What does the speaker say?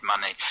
money